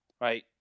Right